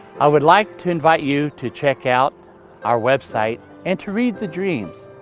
i would like to invite you to check out our website and to read the dreams.